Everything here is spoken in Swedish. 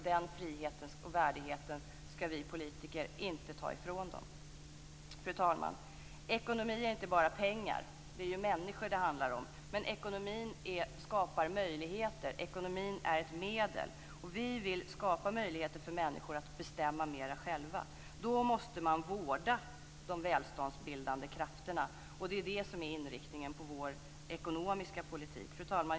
Den friheten och värdigheten skall vi politiker inte ta ifrån dem. Fru talman! Ekonomi är inte bara pengar. Det är ju människor det handlar om. Men ekonomin skapar möjligheter. Ekonomin är ett medel. Och vi vill skapa möjligheter för människor att bestämma mer själva. Då måste man vårda de välståndsbildande krafterna. Det är det som är inriktningen på vår ekonomiska politik. Fru talman!